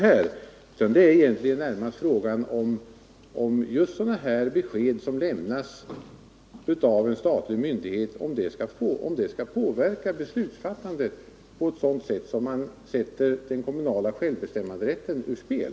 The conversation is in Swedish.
Frågan är närmast om besked som lämnas av en statlig myndighet skall påverka beslutsfattandet på ett sådant sätt att den kommunala självbestämmanderätten sättes ur spel.